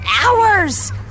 hours